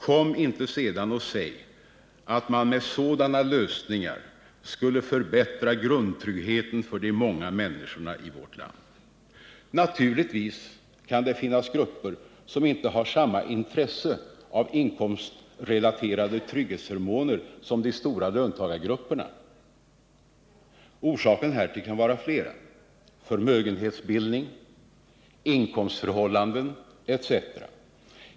Kom inte sedan och säg, att man med sådana lösningar skulle förbättra grundtryggheten för de många människorna i vårt land! Men naturligtvis kan det finnas grupper som inte har samma intresse av inkomstrelaterade trygghetsförmåner som de stora löntagargrupperna. Orsakerna härtill kan vara flera — förmögenhetsbildning, inkomstförhållanden etc.